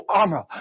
armor